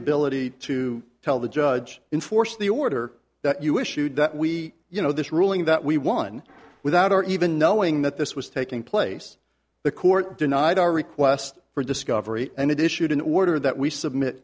ability to tell the judge in force the order that you issued that we you know this ruling that we won without our even knowing that this was taking place the court denied our request for discovery and issued an order that we submit